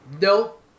nope